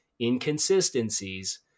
inconsistencies